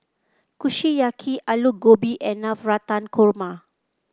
Kushiyaki Alu Gobi and Navratan Korma